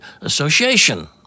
Association